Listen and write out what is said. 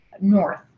north